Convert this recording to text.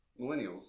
millennials